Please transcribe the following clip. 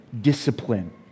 discipline